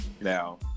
Now